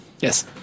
Yes